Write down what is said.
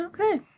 Okay